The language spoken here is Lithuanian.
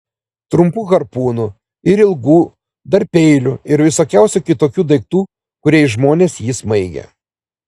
trumpų harpūnų ir ilgų dar peilių ir visokiausių kitokių daiktų kuriais žmonės jį smaigė